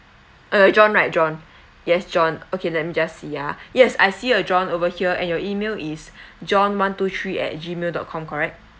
uh john right john yes john okay let me just see ah yes I see a john over here and your email is john one two three at G mail dot com correct